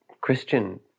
Christian